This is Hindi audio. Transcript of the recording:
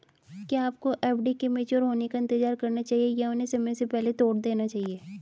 क्या आपको एफ.डी के मैच्योर होने का इंतज़ार करना चाहिए या उन्हें समय से पहले तोड़ देना चाहिए?